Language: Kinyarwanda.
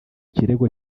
kirego